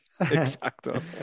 Exacto